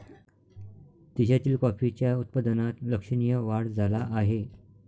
देशातील कॉफीच्या उत्पादनात लक्षणीय वाढ झाला आहे